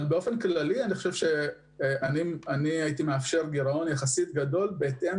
אני הייתי מאפשר גירעון יחסית גדול בהתאם